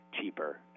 cheaper